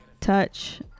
Touch